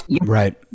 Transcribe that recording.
right